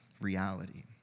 reality